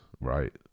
right